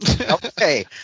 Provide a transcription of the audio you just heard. Okay